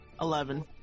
Eleven